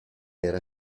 era